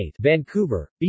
Vancouver